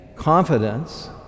confidence